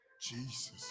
Jesus